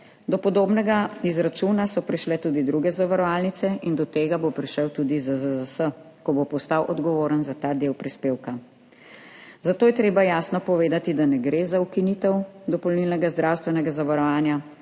Do podobnega izračuna so prišle tudi druge zavarovalnice in do tega bo prišel tudi ZZZS, ko bo postal odgovoren za ta del prispevka. Zato je treba jasno povedati, da ne gre za ukinitev dopolnilnega zdravstvenega zavarovanja,